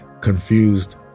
confused